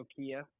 Nokia